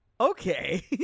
okay